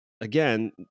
again